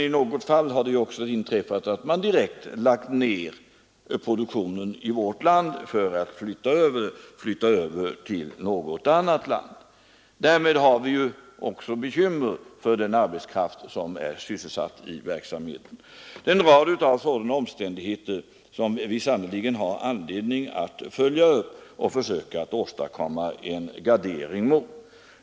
I något fall har det också inträffat att man direkt har lagt ner produktionen i vårt land och flyttat över verksam beroende av multinationella företag, heten till ett annat land. Därmed får vi naturligtvis bekymmer med den arbetskraft som tidigare var sysselsatt i företaget. En rad sådana omständigheter har vi anledning att följa upp och försöka åstadkomma en gardering mot.